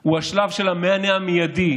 הוא השלב של המענה המיידי,